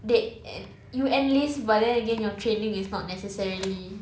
they and you enlist but then again your training is not necessarily